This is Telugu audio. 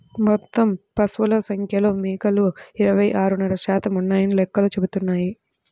మొత్తం పశువుల సంఖ్యలో మేకలు ఇరవై ఆరున్నర శాతం ఉన్నాయని లెక్కలు చెబుతున్నాయి